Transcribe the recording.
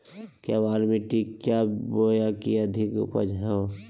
केबाल मिट्टी क्या बोए की अधिक उपज हो?